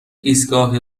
ایستگاه